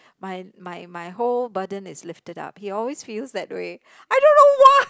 my my my whole burden is lifted up he always feels that way I don't know why